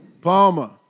Palmer